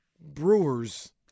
Brewers